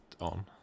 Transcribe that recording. on